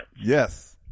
Yes